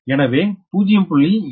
எனவே 0